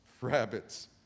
rabbits